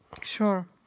Sure